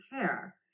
care